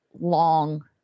long